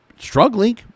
Struggling